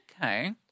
Okay